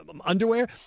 Underwear